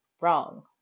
Wrong